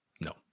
No